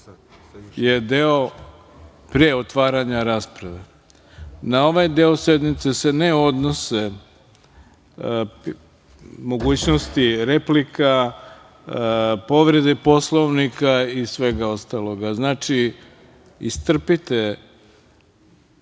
je deo pre otvaranja rasprave. Na ovaj deo sednice se ne odnose mogućnosti replika, povrede Poslovnika i svega ostalog. Znači, istrpite